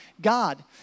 God